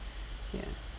ya